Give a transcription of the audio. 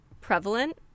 prevalent